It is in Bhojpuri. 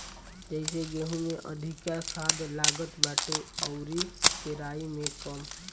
जइसे गेंहू में अधिका खाद लागत बाटे अउरी केराई में कम